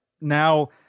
now